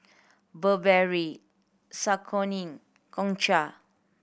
Burberry Saucony Gongcha